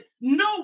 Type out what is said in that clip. no